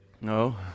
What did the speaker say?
No